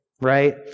right